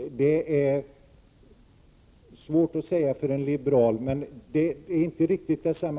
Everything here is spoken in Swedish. — det är svårt för en liberal att säga.